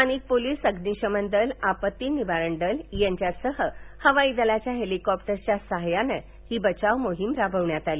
स्थानिक पोलीस अग्निशमन दल आपत्ती निवारण दल यांच्यासह हवाई दलाच्या हेलिकॉप्टर्सच्या सहाय्यानं ही बचाव मोहीम राबवण्यात आली